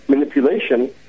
Manipulation